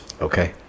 okay